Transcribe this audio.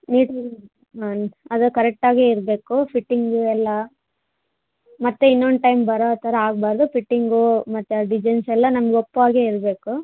ಅದು ಕರೆಕ್ಟ್ ಆಗಿ ಇರಬೇಕು ಫಿಟ್ಟಿಂಗು ಎಲ್ಲ ಮತ್ತೆ ಇನ್ನೊಂದು ಟೈಮ್ ಬರೋ ಥರ ಆಗಬಾರ್ದು ಫಿಟ್ಟಿಂಗು ಮತ್ತು ಡಿಸೈನ್ಸ್ ಎಲ್ಲ ನಮ್ಗೆ ಒಪ್ಪೋ ಹಾಗೆ ಇರಬೇಕು